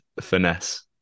finesse